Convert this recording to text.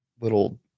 little